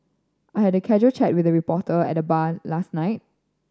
I had a casual chat with a reporter at the bar last night